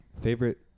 favorite